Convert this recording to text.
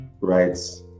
right